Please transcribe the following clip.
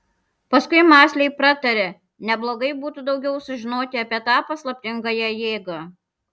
paskui mąsliai pratarė neblogai būtų daugiau sužinoti apie tą paslaptingąją jėgą